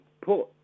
put